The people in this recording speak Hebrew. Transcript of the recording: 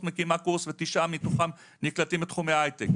מקימה קורס ו-9 מתוכם נקלטים בתחומי ההייטק.